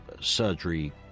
surgery